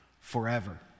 forever